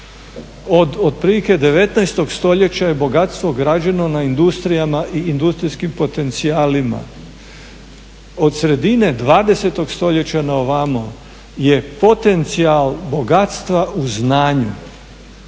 Od otprilike 19 stoljeća je bogatstvo građeno na industrijama i industrijskim potencijalima. Od sredine 20 stoljeća na ovamo je potencijal bogatstva u znanju,